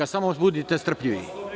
Samo budite strpljivi.